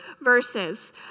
verses